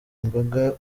imbaga